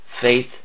faith